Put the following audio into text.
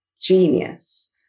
genius